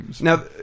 now